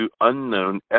unknown